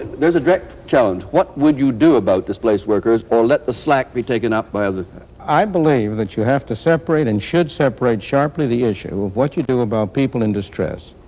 there's a direct challenge. what would you do about displaced workers, or let the slack be taken up by other i believe that you have to separate and should separate sharply the issue of what you do about people in distress,